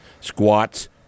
Squats